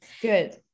Good